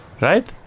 right